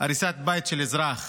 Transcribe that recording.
הריסת בית של אזרח.